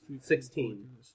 sixteen